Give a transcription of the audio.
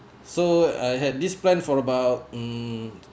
so I had this plan for about mm